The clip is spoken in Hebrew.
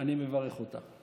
אני מברך אותה.